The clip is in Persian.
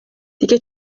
دیگه